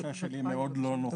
ההרגשה שלי מאוד לא נוחה.